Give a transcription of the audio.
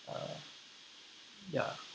uh ya